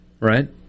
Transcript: right